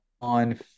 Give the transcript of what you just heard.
on